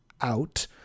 out